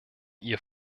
ihr